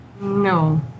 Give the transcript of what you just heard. no